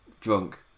drunk